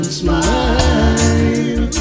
smile